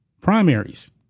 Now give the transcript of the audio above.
primaries